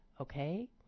Okay